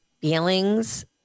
feelings